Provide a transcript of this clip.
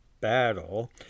battle